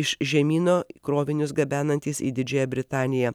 iš žemyno krovinius gabenantys į didžiąją britaniją